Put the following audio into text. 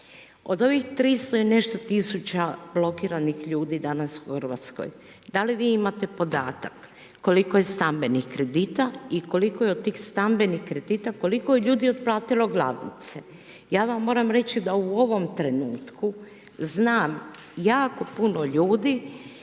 Od ovih 300 i nešto tisuća blokiranih ljudi danas u Hrvatskoj da li vi imate podatak koliko je stambenih kredita i koliko je od tih stambenih kredita, koliko je ljudi otplatilo glavnice? Ja vam moram reći da u ovom trenutku znam jako puno ljudi